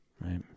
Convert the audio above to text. Right